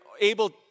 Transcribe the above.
able